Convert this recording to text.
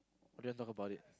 I don't want talk about it